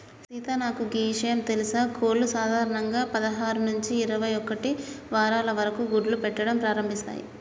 సీత నాకు గీ ఇషయం తెలుసా కోళ్లు సాధారణంగా పదహారు నుంచి ఇరవై ఒక్కటి వారాల వరకు గుడ్లు పెట్టడం ప్రారంభిస్తాయి